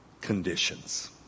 conditions